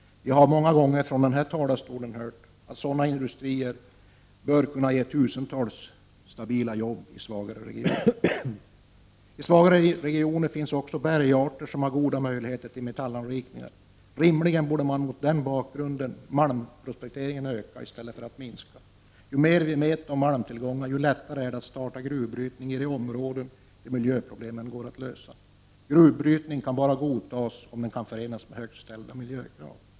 Jag har många gånger från den här talarstolen hört att sådana industrier bör kunna ge tusentals stabila jobb i svagare regioner. I de svagare regionerna finns också bergarter som har goda möjligheter till metallanrikningar. Rimligen borde mot den bakgrunden malmprospekteringen öka i stället för minska. Ju mer vi vet om malmtillgångar desto lättare är det att starta gruvbrytning i områden där miljöproblemen går att lösa. Gruvbrytning kan godtas bara om den kan förenas med högt ställda miljökrav.